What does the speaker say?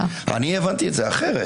אני הבנתי את זה אחרת.